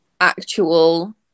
actual